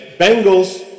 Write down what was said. Bengals